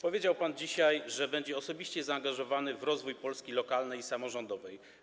Powiedział pan dzisiaj, że będzie osobiście zaangażowany w rozwój Polski lokalnej i samorządowej.